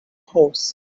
house